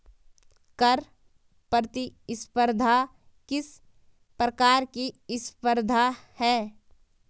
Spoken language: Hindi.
कर प्रतिस्पर्धा किस प्रकार की स्पर्धा है?